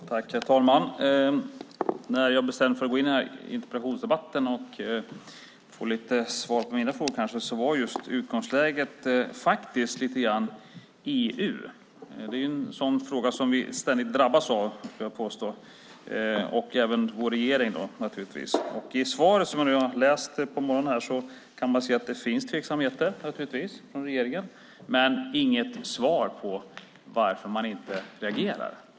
Herr talman! När jag bestämde mig för att gå in i den här interpellationsdebatten, kanske för att få lite svar på mina frågor, var utgångsläget lite grann EU. Det är en sådan fråga som vi ständigt drabbas av, vill jag påstå, och naturligtvis även vår regering. I svaret som jag har läst nu på morgonen kan jag se att det finns tveksamheter från regeringen men inget svar på varför man inte reagerar.